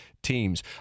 teams